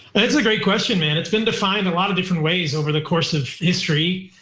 yeah, that's a great question, man. it's been defined a lot of different ways over the course of history.